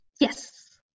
Yes